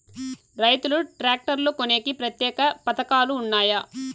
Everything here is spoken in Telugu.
రైతులు ట్రాక్టర్లు కొనేకి ప్రత్యేక పథకాలు ఉన్నాయా?